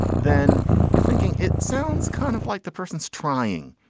then you're thinking it sounds kind of like the person's trying.